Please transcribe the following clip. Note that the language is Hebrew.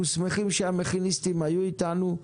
אנחנו שמחים שהמכיניסטים היו אתנו.